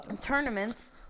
tournaments